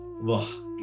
wow